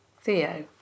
Theo